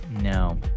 No